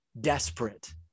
desperate